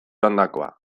joandakoa